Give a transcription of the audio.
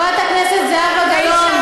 איילת,